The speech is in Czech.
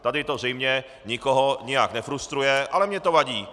Tady to zřejmě nikoho nijak nefrustruje, ale mně to vadí.